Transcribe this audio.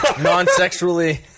non-sexually